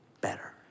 better